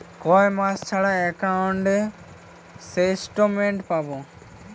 কয় মাস ছাড়া একাউন্টে স্টেটমেন্ট পাব?